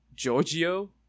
Giorgio